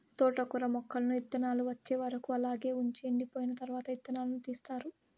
తోటకూర మొక్కలను ఇత్తానాలు వచ్చే వరకు అలాగే వుంచి ఎండిపోయిన తరవాత ఇత్తనాలను తీస్తారు